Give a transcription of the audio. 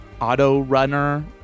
auto-runner